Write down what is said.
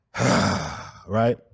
right